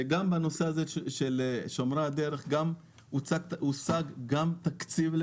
גם בנושא "שומרי הדרך" הושג תקציב,